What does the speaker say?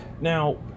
Now